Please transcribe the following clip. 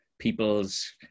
people's